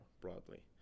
broadly